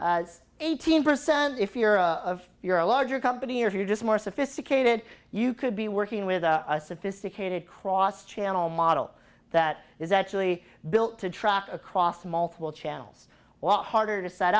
eighteen percent if you're a if you're a larger company or if you're just more sophisticated you could be working with a sophisticated cross channel model that is actually built to track across multiple channels while harder to set